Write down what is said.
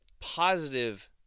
positive